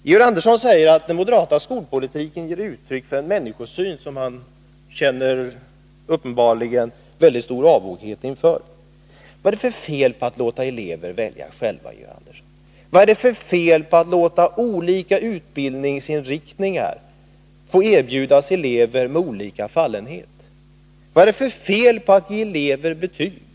Georg Andersson säger att den moderata skolpolitiken ger uttryck för en människosyn som han uppenbarligen är mycket avog mot. Vad är det för fel på att låta elever välja själva, Georg Andersson? Vad är det för fel i att olika utbildningsinriktningar erbjuds elever med olika fallenhet? Vad är det för fel på att ge elever betyg?